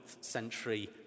century